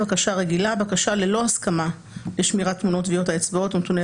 "בקשה רגילה" - בקשה ללא הסכמה לשמירת תמונות טביעות האצבעות ונתוני